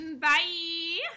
Bye